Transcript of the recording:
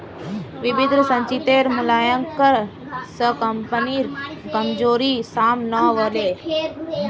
विभिन्न संचितेर मूल्यांकन स कम्पनीर कमजोरी साम न व ले